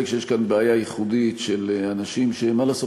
שיש בעיה ייחודית של אנשים שמה לעשות,